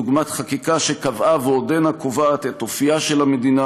דוגמת חקיקה שקבעה ועודנה קובעת את אופייה של המדינה